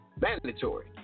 mandatory